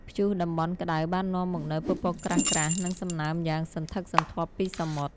ព្យុះតំបន់ក្ដៅបាននាំមកនូវពពកក្រាស់ៗ និងសំណើមយ៉ាងសន្ធឹកសន្ធាប់ពីសមុទ្រ។